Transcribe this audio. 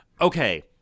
Okay